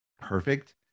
perfect